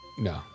No